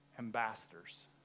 Ambassadors